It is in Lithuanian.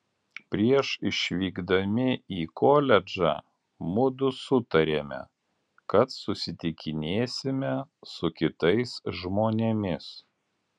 prieš išvykdami į koledžą mudu sutarėme kad susitikinėsime su kitais žmonėmis